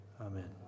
Amen